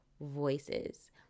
voices